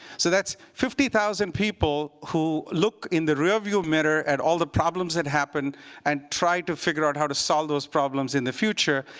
so that's fifty thousand people who look in the rear view mirror at all the problems that happened and try to figure out how to solve those problems in the future.